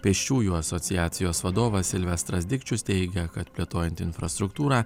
pėsčiųjų asociacijos vadovas silvestras dikčius teigia kad plėtojant infrastruktūrą